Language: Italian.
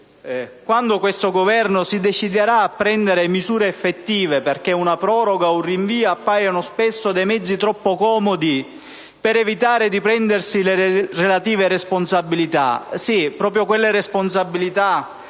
quando questo Governo si deciderà a prendere misure efficaci, perché una proroga o un rinvio appaiono spesso mezzi troppo comodi per evitare di prendersi le relative responsabilità. Sì, proprio quelle elusioni